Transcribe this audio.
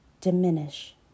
diminish